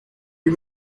you